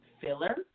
filler